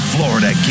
Florida